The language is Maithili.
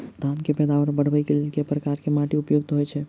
धान केँ पैदावार बढ़बई केँ लेल केँ प्रकार केँ माटि उपयुक्त होइत अछि?